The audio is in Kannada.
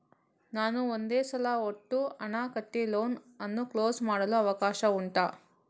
ನಾನು ಒಂದೇ ಸಲ ಒಟ್ಟು ಹಣ ಕಟ್ಟಿ ಲೋನ್ ಅನ್ನು ಕ್ಲೋಸ್ ಮಾಡಲು ಅವಕಾಶ ಉಂಟಾ